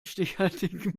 stichhaltigen